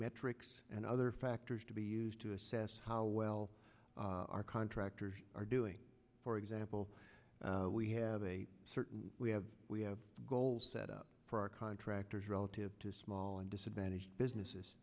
metrics and other factors to be used to assess how well our contractors are doing for example we have a certain we have we have goals set up for our contractors relative to small and disadvantaged